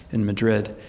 in madrid.